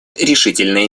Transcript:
решительные